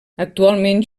actualment